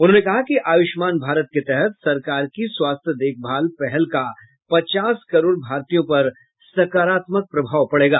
उन्होंने कहा कि आयुष्मान भारत के तहत सरकार की स्वास्थ्य देखभाल पहल का पचास करोड़ भारतीयों पर सकारात्मक प्रभाव पड़ेगा